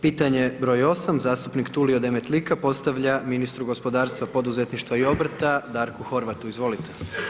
Pitanje br. 8. zastupnik Tulio Demetlika postavlja ministru gospodarstva, poduzetništva i obrta, Darku Horvatu, izvolite.